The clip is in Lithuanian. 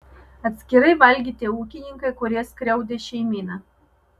atskirai valgė tie ūkininkai kurie skriaudė šeimyną